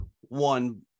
one